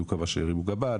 היו כמה שהרימו גבה.